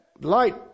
light